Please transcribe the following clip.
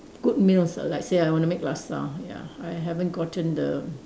good meals ah like say I want to make laksa ya I haven't gotten the